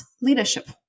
leadership